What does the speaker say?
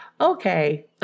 Okay